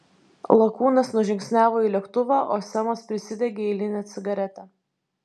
lakūnas nužingsniavo į lėktuvą o semas prisidegė eilinę cigaretę